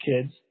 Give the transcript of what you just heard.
kids